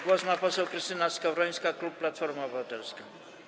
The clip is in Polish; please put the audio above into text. Głos ma poseł Krystyna Skowrońska, klub Platforma Obywatelska.